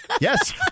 yes